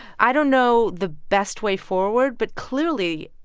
i don't know the best way forward, but, clearly,